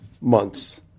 months